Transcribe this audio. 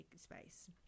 space